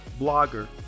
blogger